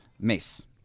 Mace